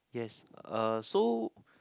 yes uh so